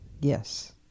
Yes